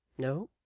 no.